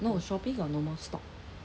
no shopee got no more stock